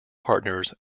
partners